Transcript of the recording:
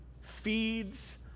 feeds